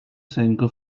senke